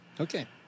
Okay